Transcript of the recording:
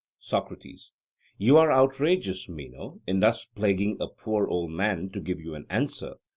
socrates you are outrageous, meno, in thus plaguing a poor old man to give you an answer,